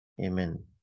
Amen